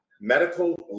medical